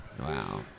Wow